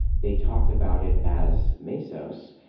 they talked about it as mesos,